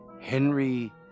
Henry